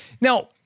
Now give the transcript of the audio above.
Now